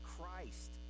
Christ